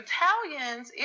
Italians